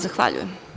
Zahvaljujem.